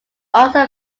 also